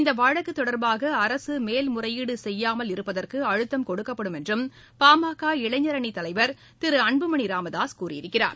இந்த வழக்கு தொடர்பாக அரசு மேல் முறையீடு செய்யாமல் இருப்பதற்கு அழுத்தம் கொடுக்கப்படும் என்றும் பாமக இளைஞரணித் தலைவர் திரு அன்புமணி ராமதாஸ் கூறியிருக்கிறார்